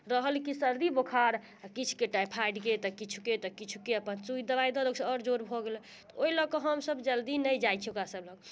रहल की सर्दी बुखार आ किछुके टाफाइडके तऽ किछुके तऽ किछुके तऽ अपन सूइ दवाइ दऽ देलक से आओर जोर भऽ गेल ओहि लै के हम सब जल्दी नहि जाइत छी ओकरा सब लग